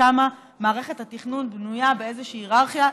כמה מערכת התכנון בנויה באיזושהי הייררכיה.